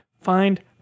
find